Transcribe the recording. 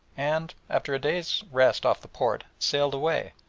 and, after a day's rest off the port, sailed away,